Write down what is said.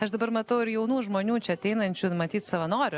aš dabar matau ir jaunų žmonių čia ateinančių matyt savanorių